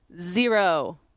zero